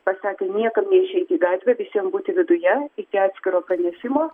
pasakė niekam neišeiti į gatvę visiem būti viduje iki atskiro pranešimo